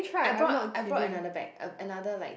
I brought I brought another bag uh another like